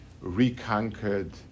reconquered